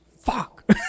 Fuck